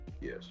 Yes